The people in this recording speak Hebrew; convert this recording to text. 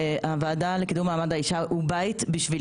הוועדה לקידום מעמד האישה הוא בית בשביל